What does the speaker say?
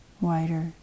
wider